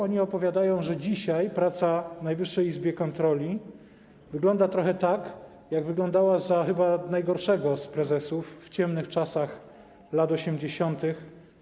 Oni opowiadają, że dzisiaj praca w Najwyższej Izbie Kontroli wygląda trochę tak, jak wyglądała chyba za najgorszego z prezesów w ciemnych czasach lat 80.